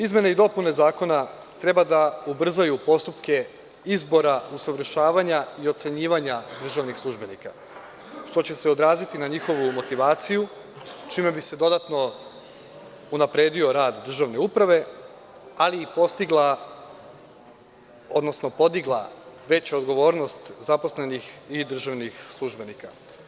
Izmene i dopune zakona treba da ubrzaju postupke izbora usavršavanja i ocenjivanja državnih službenika što će se odraziti na njihovu motivaciju, čime bi se dodatno unapredio rad državne uprave, ali i podigla veću odgovornost zaposlenih i državnih službenika.